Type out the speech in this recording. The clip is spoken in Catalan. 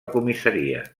comissaria